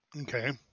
Okay